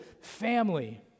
family